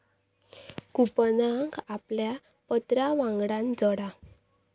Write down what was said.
कूपनका आपल्या पत्रावांगडान जोडा